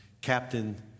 Captain